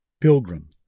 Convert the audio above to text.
Pilgrim